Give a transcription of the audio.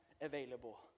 available